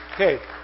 Okay